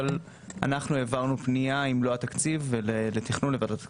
אבל אנחנו העברנו פנייה עם מלוא התקציב לתכנון לוועדת הכספים,